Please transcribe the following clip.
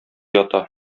ята